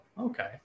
okay